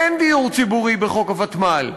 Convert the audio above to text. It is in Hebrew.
אין דיור ציבורי בחוק הוותמ"ל.